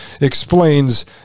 explains